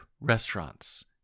restaurants